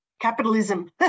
capitalism